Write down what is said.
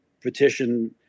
petition